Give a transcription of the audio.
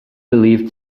believed